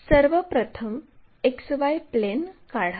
सर्व प्रथम XY plane काढा